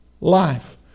life